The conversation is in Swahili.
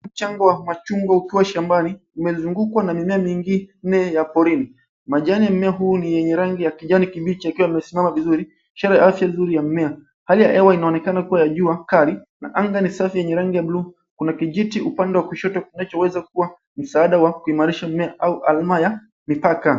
Mchango wa machungwa ukiwa shambani umezungukwa na mimea mingine ya porini ,majani ya mimea huu ni rangi ya kijani kibichi yakiwa yamesimama vizuri ishara ya afya mzuri wa mimea ,hali ya hewa inaonekana kuwa ya jua kali na anga ni safi yenye rangi ya buluu kuna kijiti upande wa kushoto kinachoweza kuwa msaada wa kuimarisha au alma ya mipaka.